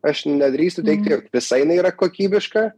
aš nedrįstu teigti jog visa jinai yra kokybiška